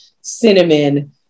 cinnamon